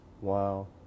Wow